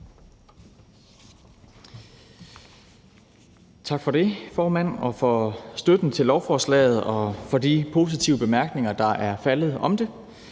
Tak for det, formand, og tak for støtten til lovforslaget og for de positive bemærkninger, der er faldet om det.